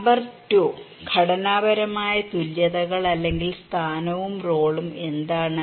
number 2 ഘടനാപരമായ തുല്യതകൾ അല്ലെങ്കിൽ സ്ഥാനവും റോളും എന്താണ്